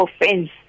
offense